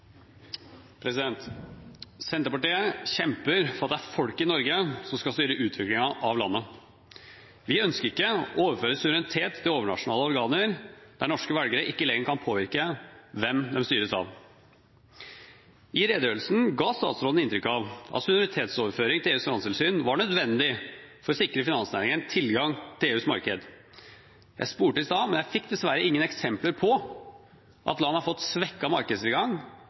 skal styre utviklingen av landet. Vi ønsker ikke å overføre suverenitet til overnasjonale organer der norske velgere ikke lenger kan påvirke hvem de styres av. I redegjørelsen ga statsråden inntrykk av at suverenitetsoverføring til EUs finanstilsyn var nødvendig for å sikre finansnæringen tilgang til EUs marked. Jeg spurte i stad, men jeg fikk dessverre ingen eksempler på at land har fått svekket markedstilgang